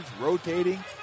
rotating